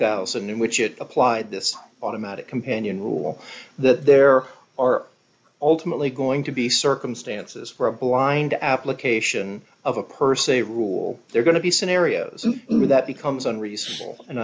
thousand in which it applied this automatic companion rule that there are ultimately going to be circumstances for a blind application of a person a rule they're going to be scenarios that becomes on reasonable and